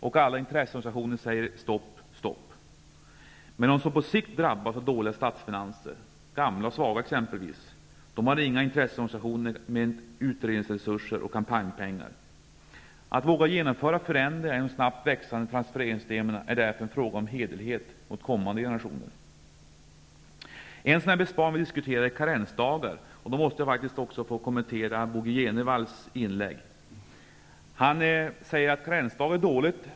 Och alla intresseorganisationer säger stopp, stopp. Men de som på sikt drabbas av dåliga statsfinanser, de gamla och de svaga exempelvis, har inga intresseorganisationer med utredningsresurser och kampanjpengar bakom sig. Att våga genomföra förändringar i de snabbt växande transfereringssystemen är därför en fråga om hederlighet gentemot kommande generationer. En besparing som vi diskuterar är karensdagarna. Jag måste faktiskt få kommentera Bo G. Jenevalls inlägg. Han säger att karensdagar är dåligt.